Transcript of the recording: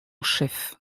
chef